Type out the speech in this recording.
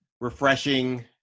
refreshing